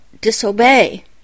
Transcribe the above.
disobey